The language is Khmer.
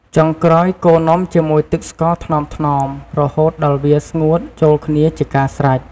ចុងក្រោយ កូរនំជាមួយទឹកស្ករថ្នមៗ រហូតដល់វាស្ងួតចូលគ្នាជាការស្រេច។